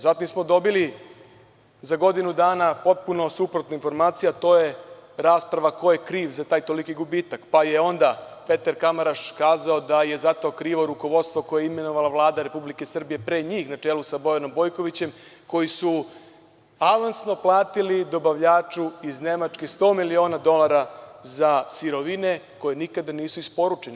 Zatim smo dobili za godinu dana potpuno suprotne informacije, a to je rasprava ko je kriv za taj toliki gubitak, pa je onda Peter Kamaraš kazao da je za to krivo rukovodstvo koje je imenovala Vlada RS pre njih na čelu sa Bojanom Bojkovićem koji su avansno platili dobavljaču iz Nemačke 100 miliona dolara za sirovine koje nikada nisu isporučene.